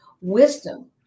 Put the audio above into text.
wisdom